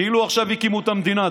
כאילו עכשיו הקימו את המדינה,